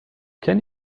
can